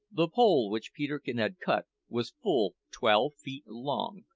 the pole which peterkin had cut was full twelve feet long,